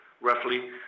roughly